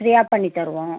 ஃப்ரீயாக பண்ணித்தருவோம்